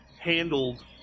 handled